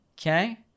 Okay